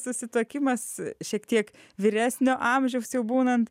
susituokimas šiek tiek vyresnio amžiaus jau būnant